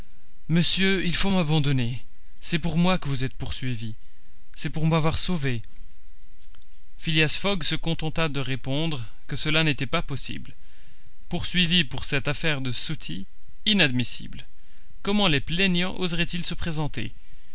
monsieur il faut m'abandonner c'est pour moi que vous êtes poursuivi c'est pour m'avoir sauvée phileas fogg se contenta de répondre que cela n'était pas possible poursuivi pour cette affaire du sutty inadmissible comment les plaignants oseraient ils se présenter